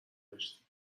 داشتی